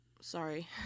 sorry